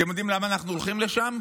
אתם יודעים למה אנחנו הולכים לשם?